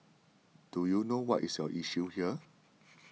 do you know what is your issue here